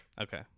Okay